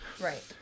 Right